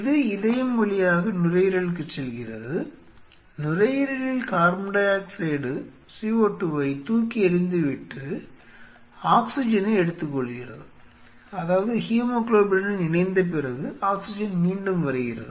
இது இதயம் வழியாக நுரையீரலுக்குச் செல்கிறது நுரையீரலில் கார்பன் டை ஆக்சைடு CO2 ஐ தூக்கி எறிந்துவிட்டு O2 ஐ எடுத்துக்கொள்கிறது அதாவது ஹீமோகுளோபினுடன் இணைந்த பிறகு ஆக்ஸிஜன் மீண்டும் வருகிறது